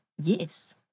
yes